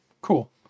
cool